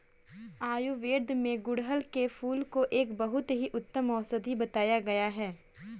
आयुर्वेद में गुड़हल के फूल को एक बहुत ही उत्तम औषधि बताया गया है